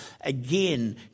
Again